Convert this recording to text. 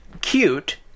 cute